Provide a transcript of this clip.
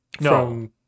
no